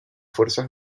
fuerzas